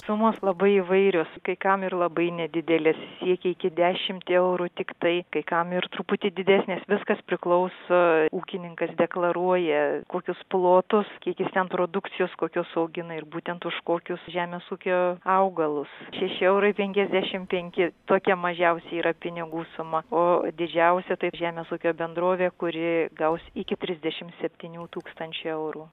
sumos labai įvairios kai kam ir labai nedidelės siekia iki dešimt eurų tiktai kai kam ir truputį didesnės viskas priklauso ūkininkas deklaruoja kokius plotus kiek jis ten produkcijos kokios augina ir būtent už kokius žemės ūkio augalus šeši eurai penkiasdešimt penki tokia mažiausia yra pinigų suma o didžiausia taip žemės ūkio bendrovė kuri gaus iki trisdešimt septynių tūkstančių eurų